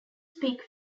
speak